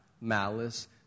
malice